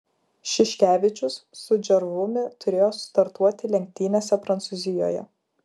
šiškevičius su džervumi turėjo startuoti lenktynėse prancūzijoje